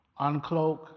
uncloak